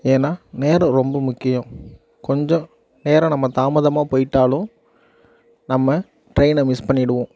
ஏன்னா நேரம் ரொம்ப முக்கியம் கொஞ்சம் நேரம் நம்ம தாமதமாக போயிட்டாலும் நம்ம ட்ரெயின்னை மிஸ் பண்ணிடுவோம்